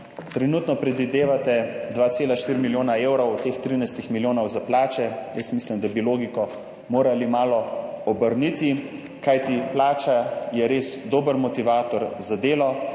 Trenutno predvidevate 2,4 milijona evrov od teh 13 milijonov za plače. Jaz mislim, da bi logiko morali malo obrniti, kajti plača je res dober motivator za delo,